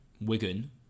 Wigan